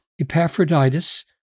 Epaphroditus